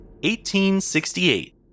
1868